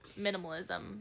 minimalism